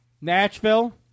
Nashville